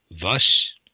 Thus